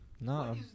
No